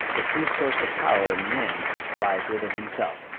the true source of power in man lies within himself.